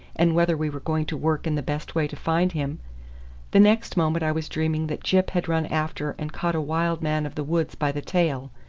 and whether we were going to work in the best way to find him the next moment i was dreaming that gyp had run after and caught a wild man of the woods by the tail,